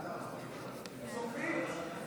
להעביר את